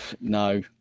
no